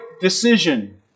decision